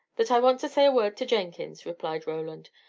that i want to say a word to jenkins, replied roland.